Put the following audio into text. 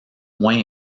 moins